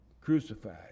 crucified